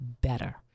better